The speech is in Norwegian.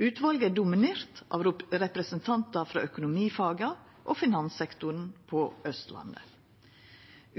Utvalet er dominert av representantar frå økonomifaga og finanssektoren på Austlandet.